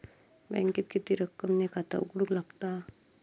बँकेत किती रक्कम ने खाता उघडूक लागता?